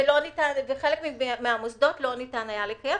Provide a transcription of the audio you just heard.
בחלק מהמוסדות לא ניתן היה לקיים,